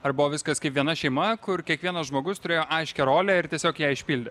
ar buvo viskas kaip viena šeima kur kiekvienas žmogus turėjo aiškią rolę ir tiesiog ją išpildė